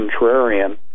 contrarian